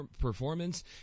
performance